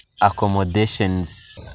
accommodations